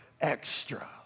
extra